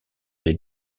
les